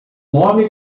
homem